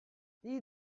die